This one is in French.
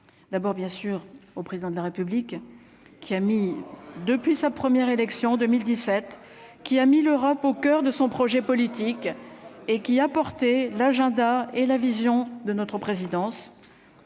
d'abord bien sûr au président de la République qui a mis, depuis sa première élection 2017 qui a mis le rap au coeur de son projet politique et qui a porté l'agenda et la vision de notre présidence,